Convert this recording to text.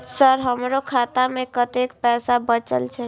Sir हमरो खाता में कतेक पैसा बचल छे?